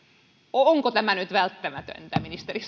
onko tämä nyt välttämätöntä ministeri